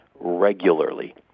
regularly